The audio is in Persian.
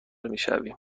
میشویم